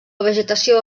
vegetació